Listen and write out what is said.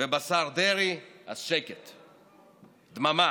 ובשר דרעי, אז שקט, דממה.